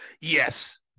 Yes